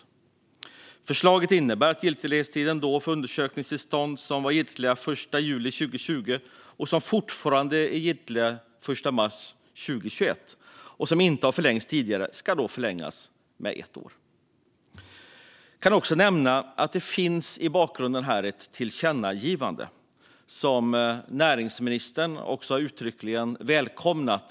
Undersökningstillstånd Förslaget innebär att giltighetstiden ska förlängas med ett år för undersökningstillstånd som var giltiga den 1 juli 2020 och fortfarande är giltiga den 1 mars 2021 och som inte har förlängts tidigare. I bakgrunden finns ett tillkännagivande. Inriktningen i det har näringsministern uttryckligen välkomnat.